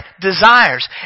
desires